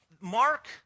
mark